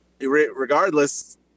regardless